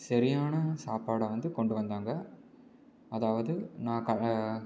சரியான சாப்பாடை வந்து கொண்டு வந்தாங்க அதாவது நான்